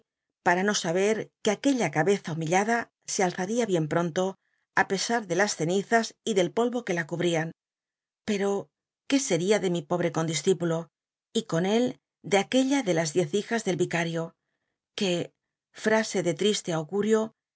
par'a no sa ber que aquella cabeza humillada se alzaría bien pronto á pesa r de las cenizas y el pol ro que la cubrían pero lié scria de mi pobtc condiscipulo y con él de aquella de las diez hijas del ricario que frase de triste augurio